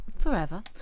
forever